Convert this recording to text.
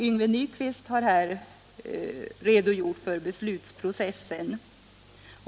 Yngve Nyquist har här redogjort för beslutsprocessen.